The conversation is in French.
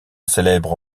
célèbre